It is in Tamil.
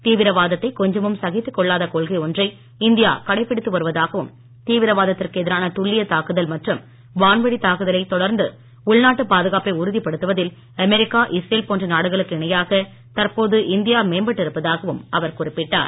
தீவிரவாதத்தை கொஞ்சமும் சகித்துக் கொள்ளாத கொள்கை ஒன்றை இந்தியா கடைபிடித்து வருவதாகவும் தீவிரவாதத்திற்கு எதிரான துல்லிய தாக்குதல் மற்றும் வான்வழி தாக்குதலை தொடர்ந்து உள்நாட்டு பாதுகாப்பை உறுதிப் படுத்துவதில் அமெரிக்கா இஸ்ரேல் போன்ற நாடுகளுக்கு இணையாக தற்போது இந்தியா மேம்பட்டு இருப்பதாகவும் அவர் குறிப்பிட்டார்